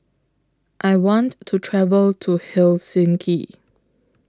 I want to travel to Helsinki